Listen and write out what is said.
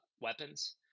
weapons